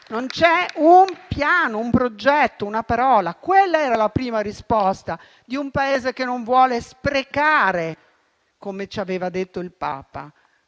sono un piano, un progetto, una parola. Quella era la prima risposta di un Paese che non vuole sprecare, come ci aveva detto il Papa.